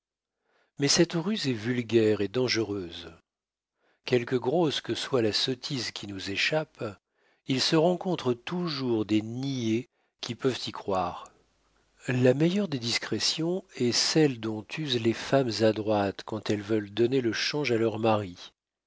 mais cette ruse est vulgaire et dangereuse quelque grosse que soit la sottise qui nous échappe il se rencontre toujours des niais qui peuvent y croire la meilleure des discrétions est celle dont usent les femmes adroites quand elles veulent donner le change à leurs maris